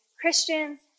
Christians